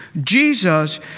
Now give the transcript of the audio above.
Jesus